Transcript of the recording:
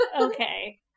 Okay